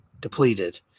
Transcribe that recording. Depleted